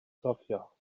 gofio